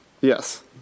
Yes